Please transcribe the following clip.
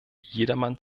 jedermann